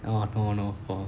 ஆமா தோணும்:aamaa thonum